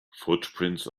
footprints